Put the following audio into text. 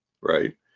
right